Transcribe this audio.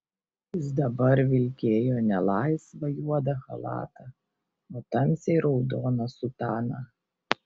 jis dabar vilkėjo ne laisvą juodą chalatą o tamsiai raudoną sutaną